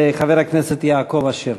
חבר הכנסת יעקב אשר.